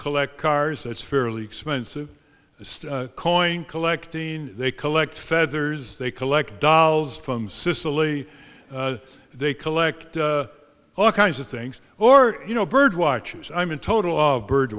collect cars that's fairly expensive coin collecting they collect feathers they collect dolls from sicily they collect all kinds of things or you know bird watches i'm in total of bird